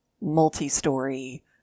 multi-story